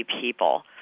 people